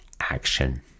action